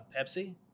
Pepsi